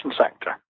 sector